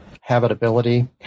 habitability